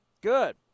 Good